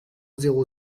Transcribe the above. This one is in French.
zéro